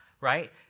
right